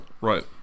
Right